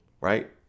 right